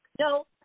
No